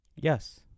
Yes